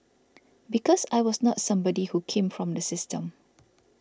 because I was not somebody who came from the system